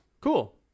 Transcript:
Cool